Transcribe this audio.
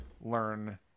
learn